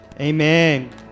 Amen